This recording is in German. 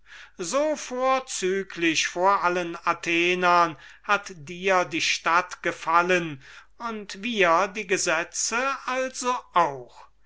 so vorzüglich vor allen athenern hat dir die stadt gefallen und wir die gesetze also auch